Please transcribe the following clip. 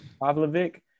Pavlovic